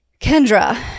Kendra